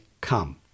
come